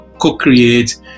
co-create